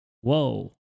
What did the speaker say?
Whoa